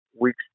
weeks